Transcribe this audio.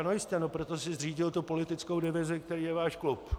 No jistě, proto si zřídil tu politickou divizi, kterou je váš klub.